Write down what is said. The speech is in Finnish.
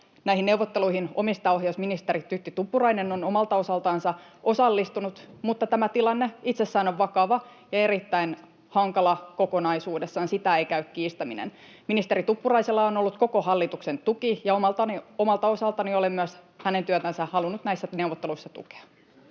Näihin neuvotteluihin omistajaohjausministeri Tytti Tuppurainen on omalta osaltansa osallistunut, mutta tämä tilanne itsessään on vakava ja erittäin hankala kokonaisuudessaan. Sitä ei käy kiistäminen. Ministeri Tuppuraisella on ollut koko hallituksen tuki, ja omalta osaltani olen myös hänen työtänsä halunnut näissä neuvotteluissa tukea.